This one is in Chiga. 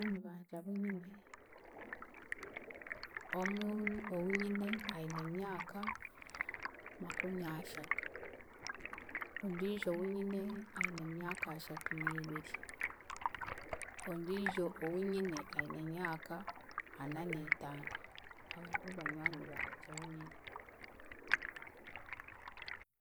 Banywani bangye abunyine, omwe ou- ou nyine aine emyaka makumyashatu. Ondiijo wunyine aine emyaka ashatuneebiri, ondiijo ou nyine aine emyaka ananeetaano. Abo nibo banywani bangye abu nyine.